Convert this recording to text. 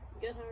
Good